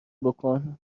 بکن